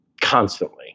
constantly